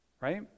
Right